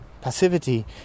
passivity